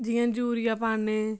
जियां यूरिया पान्नें